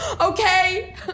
Okay